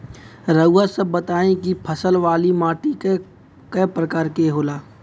रउआ सब बताई कि फसल वाली माटी क प्रकार के होला?